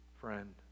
friend